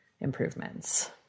improvements